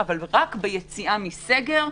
אבל רק ביציאה מסגר,